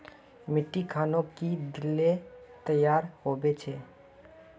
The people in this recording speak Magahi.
मिट्टी खानोक की दिले तैयार होबे छै?